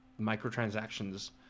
microtransactions